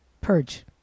purge